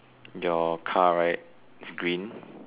your car right is green